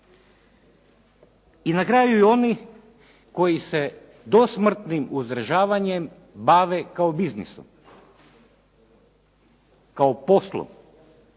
I na kraju, i oni koji se dosmrtnim izdržavanjem bave kao biznisom, kao poslom,